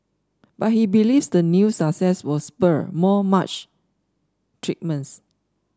but he believes the new success will spur more much treatments